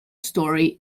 story